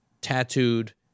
tattooed